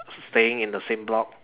staying in the same block